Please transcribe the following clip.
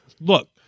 look